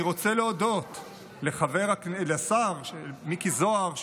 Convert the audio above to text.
אני רוצה להודות לשר מיקי זוהר,